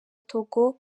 togo